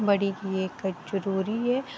बड़ी गै इक रूरी ऐ